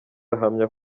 ahamya